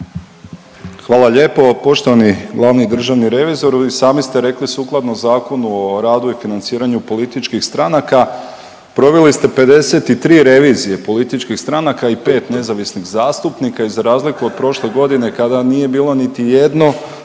Hvala lijepo poštovani glavni državni revizoru. Vi sami ste rekli sukladno Zakonu o radu i financiranju političkih stranaka proveli ste 53 revizije političkih stranaka i 5 nezavisnih zastupnika i za razliku od prošle godine kada nije bilo niti jedno,